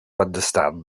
understand